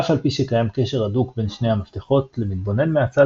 אף על פי שקיים קשר הדוק בין שני המפתחות למתבונן מהצד